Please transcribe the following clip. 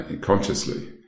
consciously